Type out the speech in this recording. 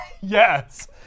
Yes